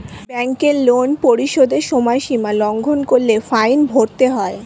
ব্যাংকের লোন পরিশোধের সময়সীমা লঙ্ঘন করলে ফাইন ভরতে হয়